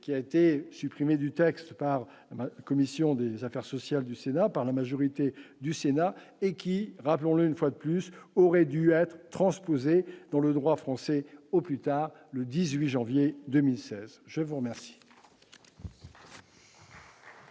qui a été supprimée du texte par la commission des affaires sociales du Sénat par la majorité du Sénat et qui, rappelons-le, une fois de plus, aurait dû être transposée dans le droit français au plus tard le 18 janvier 2016, je vous remercie.